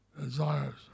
desires